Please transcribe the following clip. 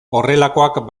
horrelakoak